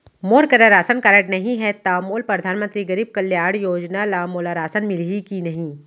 मोर करा ration card नहीं है त का मोल परधानमंतरी गरीब कल्याण योजना ल मोला राशन मिलही कि नहीं?